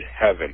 heaven